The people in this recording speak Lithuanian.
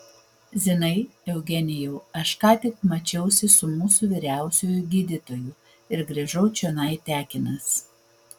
zinai eugenijau aš ką tik mačiausi su mūsų vyriausiuoju gydytoju ir grįžau čionai tekinas